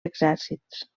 exèrcits